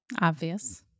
Obvious